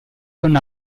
con